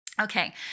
Okay